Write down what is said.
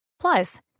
Plus